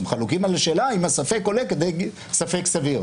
הם חלוקים על השאלה אם הספק עולה כדי ספק סביר.